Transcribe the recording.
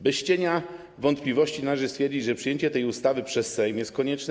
Bez cienia wątpliwości należy stwierdzić, że przyjęcie tej ustawy przez Sejm jest konieczne.